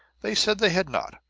they said they had not.